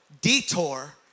detour